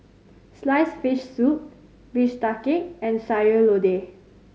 sliced fish soup bistake and Sayur Lodeh